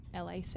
LAC